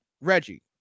Reggie